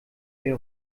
wer